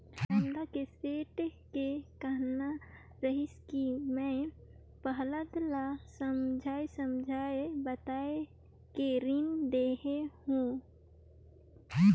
धमधा के सेठ के कहना रहिस कि मैं पहलाद ल सोएझ सोएझ बताये के रीन देहे हो